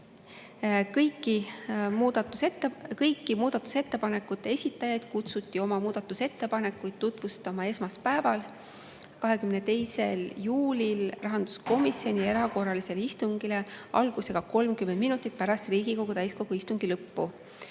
Kõik muudatusettepanekute esitajad kutsuti oma muudatusettepanekuid tutvustama esmaspäeval, 22. juulil rahanduskomisjoni erakorralisele istungile, mis algas 30 minutit pärast Riigikogu täiskogu istungi lõppu.